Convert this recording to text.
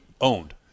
owned